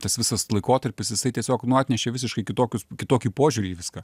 tas visas laikotarpis jisai tiesiog nu atnešė visiškai kitokius kitokį požiūrį į viską